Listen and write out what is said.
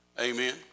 Amen